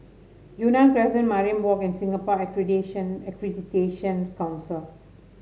Yunnan Crescent Mariam Walk and Singapore Accreditation Accreditation Council